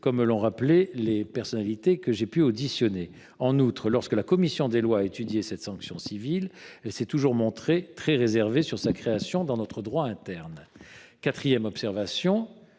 comme l’ont rappelé les personnalités que j’ai pu auditionner. En outre, lorsque la commission des lois a étudié cette sanction civile, elle s’est toujours montrée très réservée sur sa création dans notre droit interne. Quatrièmement,